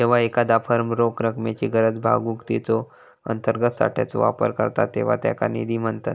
जेव्हा एखादा फर्म रोख रकमेची गरज भागवूक तिच्यो अंतर्गत साठ्याचो वापर करता तेव्हा त्याका निधी म्हणतत